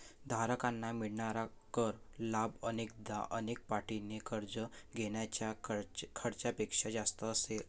धारकांना मिळणारा कर लाभ अनेकदा अनेक पटीने कर्ज घेण्याच्या खर्चापेक्षा जास्त असेल